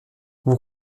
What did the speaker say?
vous